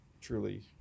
truly